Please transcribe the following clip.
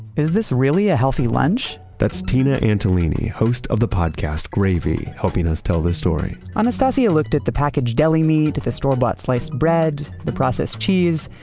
is this really a healthy lunch? that's tina antolini, host of the podcast gravy, helping us tell this story anastacia looked at the packaged deli meat, the store bought sliced bread, the processed cheese,